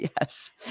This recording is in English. Yes